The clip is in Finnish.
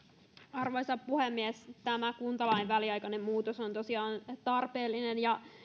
arvoisa puhemies tämä kuntalain väliaikainen muutos on tosiaan tarpeellinen ja